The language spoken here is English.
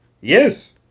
Yes